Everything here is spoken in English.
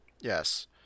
Yes